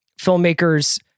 filmmakers